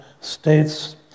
states